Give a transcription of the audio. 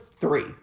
three